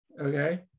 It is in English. okay